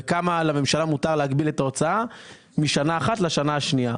בכמה לממשלה מותר להגביל את ההוצאה משנה אחת לשנה השנייה.